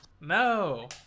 No